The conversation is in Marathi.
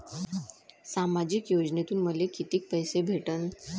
सामाजिक योजनेतून मले कितीक पैसे भेटन?